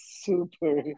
super